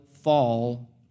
Fall